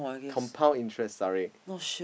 compound interest sorry